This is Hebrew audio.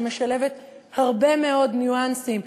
שמשלבת הרבה מאוד ניואנסים,